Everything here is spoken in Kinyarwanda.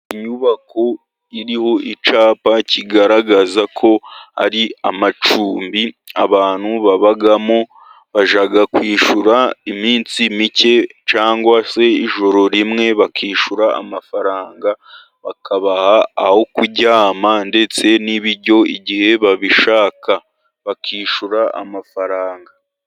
Inyubako iriho icyapa kigaragaza ko ari amacumbi abantu babamo bajya kwishyura iminsi mike cyangwa se ijoro rimwe bakishyura amafaranga, bakabaha aho kuryama ndetse n'ibiryo igihe babishaka bakishyura amafaranga.